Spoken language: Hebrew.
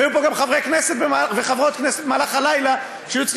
היו פה גם חברי כנסת וחברות כנסת במהלך הלילה שהיו צריכים